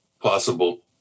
possible